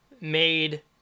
made